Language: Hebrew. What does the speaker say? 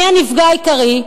מי הנפגע העיקרי?